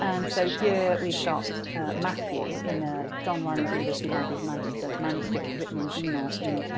and so here we've got matthew, in a john rylands university library of manchester manuscript, written in dinant in